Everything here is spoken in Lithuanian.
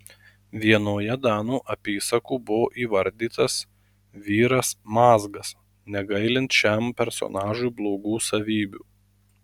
vienoje danų apysakų buvo įvardytas vyras mazgas negailint šiam personažui blogų savybių